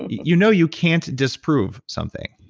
you know you can't disprove something.